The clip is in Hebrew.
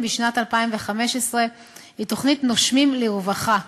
בשנת 2015 היא תוכנית "נושמים לרווחה".